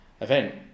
event